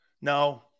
No